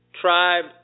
tribe